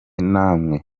n’amwe